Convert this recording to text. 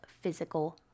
physical